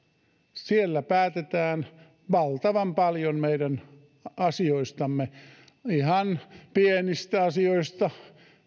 siellä päätetään valtavan paljon meidän asioistamme ihan pienistä asioista